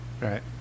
Right